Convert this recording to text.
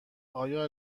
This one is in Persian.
آیا